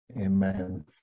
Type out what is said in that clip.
amen